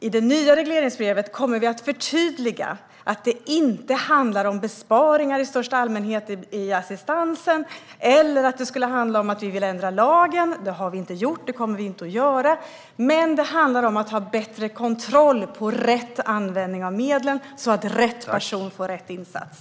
I det nya regleringsbrevet kommer vi att förtydliga att det inte handlar om besparingar i största allmänhet i assistansen eller att det skulle handla om att vi vill ändra lagen. Det har vi inte gjort, och det kommer vi inte att göra. Men det handlar om att ha bättre kontroll på användningen av medlen så att rätt person får rätt insats.